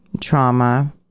Trauma